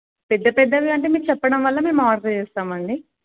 పెద్ద పెద్దవి అంటే మీరు చెప్పడం వల్ల మేము ఆర్డర్ చేస్తామండి